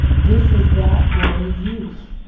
this is that very youth.